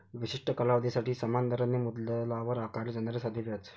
विशिष्ट कालावधीसाठी समान दराने मुद्दलावर आकारले जाणारे साधे व्याज